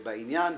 בעניין.